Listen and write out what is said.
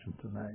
tonight